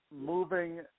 Moving